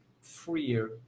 freer